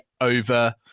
over